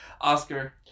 Oscar